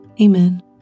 Amen